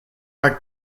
are